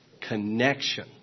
connection